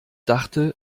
dachte